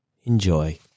Enjoy